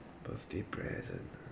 birthday present ah